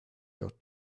your